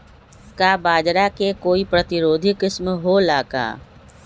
का बाजरा के कोई प्रतिरोधी किस्म हो ला का?